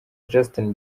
justin